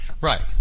Right